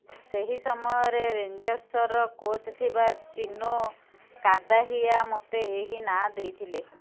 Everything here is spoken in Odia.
ସେହି ସମୟରେ ରେଞ୍ଜର୍ସର କୋଚ୍ ଥିବା ଚିନୋ କାଦାହିଆ ମୋତେ ଏହି ନାଁ ଦେଇଥିଲେ